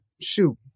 shoot